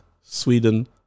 Sweden